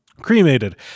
Cremated